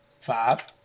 Five